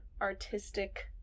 artistic